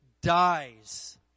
dies